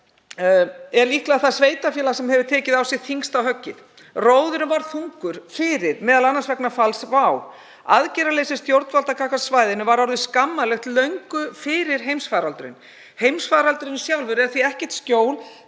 er líklega það sveitarfélag sem hefur tekið á sig þyngsta höggið. Róðurinn var þungur fyrir, m.a. vegna falls WOW. Aðgerðaleysi stjórnvalda gagnvart svæðinu var orðið skammarlegt löngu fyrir heimsfaraldurinn. Heimsfaraldurinn sjálfur er því ekkert skjól